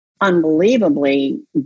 unbelievably